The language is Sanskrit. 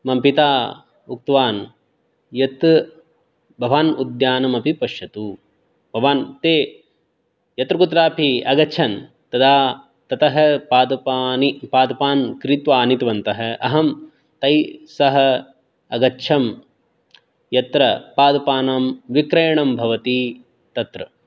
मम पिता उक्तवान् यत् भवान् उद्यानमपि पश्यतु भवान् ते यत्र कुत्रापि अगच्छन् तदा ततः पादपानि पादपान् क्रीत्वा आनीतवन्तः अहं तैः सह अगच्छम् यत्र पादपानां विक्रयणं भवति तत्र